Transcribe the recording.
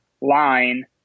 line